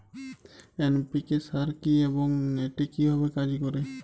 NPK সার কি এবং এটি কিভাবে কাজ করে?